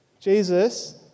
Jesus